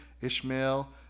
Ishmael